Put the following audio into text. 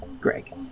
Greg